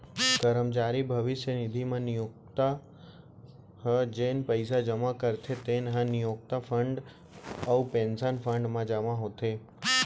करमचारी भविस्य निधि म नियोक्ता ह जेन पइसा जमा करथे तेन ह नियोक्ता फंड अउ पेंसन फंड म जमा होथे